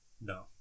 No